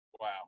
Wow